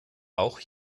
auch